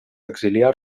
exiliar